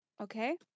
Okay